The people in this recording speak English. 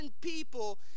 people